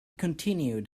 continued